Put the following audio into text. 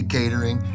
Catering